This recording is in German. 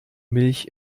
milch